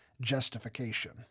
justification